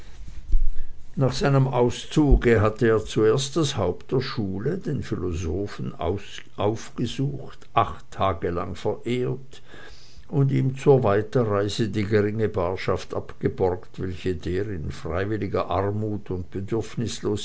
nach seinem auszuge hatte er zuerst das haupt der schule den philosophen aufgesucht acht tage lang verehrt und ihm zur weiterreise die geringe barschaft abgeborgt welche der in freiwilliger armut und